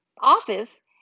office